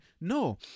No